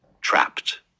trapped